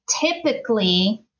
Typically